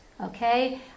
Okay